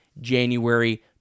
January